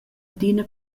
adina